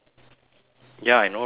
ya I know right